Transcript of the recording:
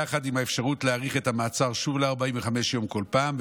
יחד עם האפשרות להאריך את המעצר שוב ב-45 יום כל פעם,